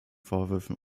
vorwürfen